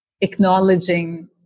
acknowledging